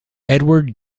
edward